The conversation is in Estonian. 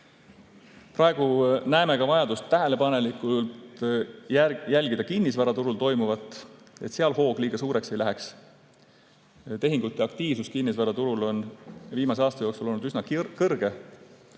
Praegu näeme ka vajadust tähelepanelikult jälgida kinnisvaraturul toimuvat, et seal hoog liiga suureks ei läheks. Tehingute aktiivsus kinnisvaraturul on viimase aasta jooksul olnud üsna kõrge.